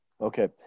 Okay